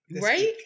Right